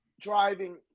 driving